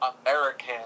American